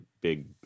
big